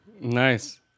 Nice